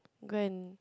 go and